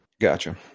Gotcha